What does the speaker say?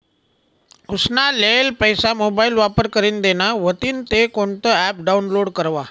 उसना लेयेल पैसा मोबाईल वापर करीन देना व्हतीन ते कोणतं ॲप डाऊनलोड करवा?